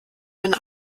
wenn